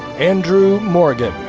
andrew morgan.